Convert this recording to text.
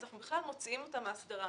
אנחנו מוציאים מההסדרה.